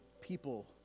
people